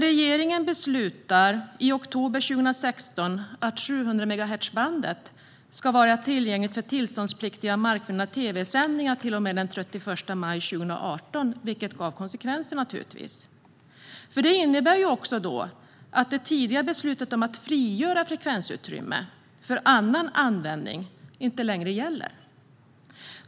Regeringen beslutade i oktober 2016 att 700-megahertzbandet ska vara tillgängligt för tillståndspliktiga markbundna tv-sändningar till och med den 31 maj 2018. Det medförde naturligtvis konsekvenser. För det innebär också att det tidigare beslutet om att frigöra frekvensutrymme för annan användning inte längre gäller.